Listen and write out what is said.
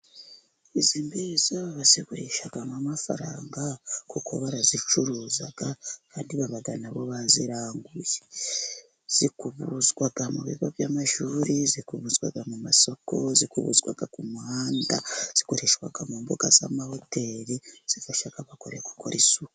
Izi mbizo bazigurishamo amafaranga, kuko barazicuruza kandi baba nabo baziranguye, zikubuzwa mu bigo by'amashuri, zikubuzwa mu masoko, zikubuzwa ku muhanda, zikoreshwa mu mbuga z'amahoteli, zifasha abagore gukora isuku.